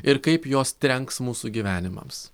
ir kaip jos trenks mūsų gyvenimams